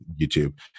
YouTube